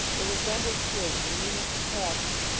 it was rendered clear to the meanest capacity,